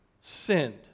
sinned